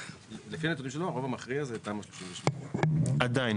לפי הנתונים שלו הרוב המכריע זה תמ"א 38. עדיין.